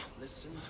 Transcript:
Listen